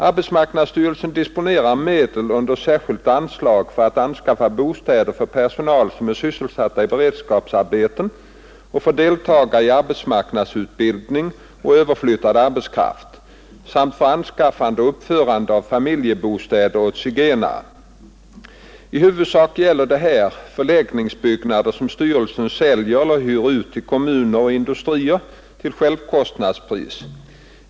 Arbetsmarknadsstyrelsen disponerar medel under särskilt anslag för att anskaffa bostäder för personer som är sysselsatta i beredskapsarbeten och för deltagare i arbetsmarknadsutbildning och överflyttad arbetskraft samt för anskaffande och uppförande av familjebostäder åt zigenare. I huvudsak gäller det här förläggningsbyggnader som styrelsen säljer eller hyr ut till kommuner och industrier till självkostnadspris.